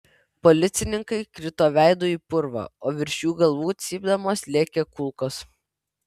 policininkai krito veidu į purvą o virš jų galvų cypdamos lėkė kulkos